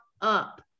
up